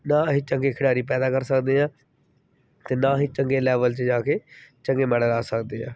ਨਾ ਅਸੀਂ ਚੰਗੇ ਖਿਡਾਰੀ ਪੈਦਾ ਕਰ ਸਕਦੇ ਹਾਂ ਅਤੇ ਨਾ ਅਸੀਂ ਚੰਗੇ ਲੈਵਲ 'ਚ ਜਾ ਕੇ ਚੰਗੇ ਮੈਡਲ ਲਾ ਸਕਦੇ ਹਾਂ